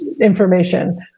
information